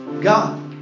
God